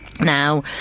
Now